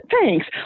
Thanks